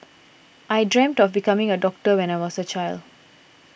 I dreamt of becoming a doctor when I was a child